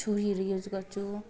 छुरीहरू युज गर्छु